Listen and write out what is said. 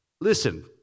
listen